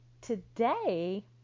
today